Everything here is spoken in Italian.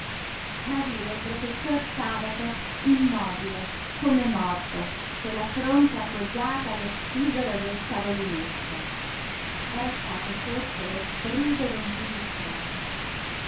ma vide il professor sabato immobile come morto con la fronte appoggiata allo spigolo del tavolinetto era stato forse lo strido d'un pipistrello